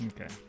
okay